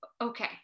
Okay